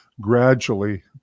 gradually